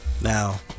Now